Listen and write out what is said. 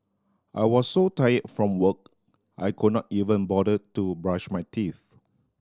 I was so tired from work I could not even bother to brush my teeth